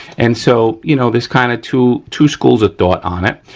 and so, you know, there's kind of two, two schools of thought on it.